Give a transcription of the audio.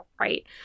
right